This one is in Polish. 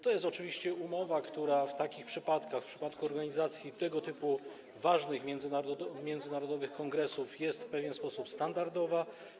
To jest oczywiście umowa, która w takich przypadkach, w przypadku organizacji tego typu ważnych międzynarodowych kongresów jest w pewien sposób standardowa.